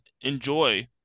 enjoy